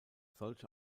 solche